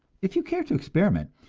if you care to experiment,